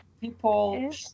people